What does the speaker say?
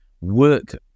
work